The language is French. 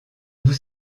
vous